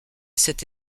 cet